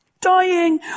Dying